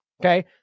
Okay